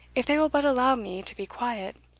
if they will but allow me to be quiet,